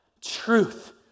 Truth